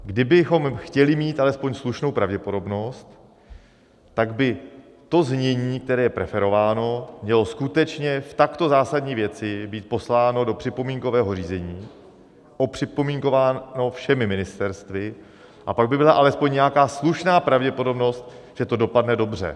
Kdybychom chtěli mít alespoň slušnou pravděpodobnost, tak by to znění, které je preferováno, mělo skutečně v takto zásadní věci být posláno do připomínkového řízení, opřipomínkováno všemi ministerstvy, a pak by byla alespoň nějaká slušná pravděpodobnost, že to dopadne dobře.